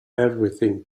everything